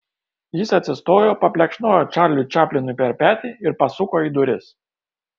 jis atsistojo paplekšnojo čarliui čaplinui per petį ir pasuko į duris